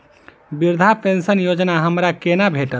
वृद्धा पेंशन योजना हमरा केना भेटत?